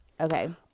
Okay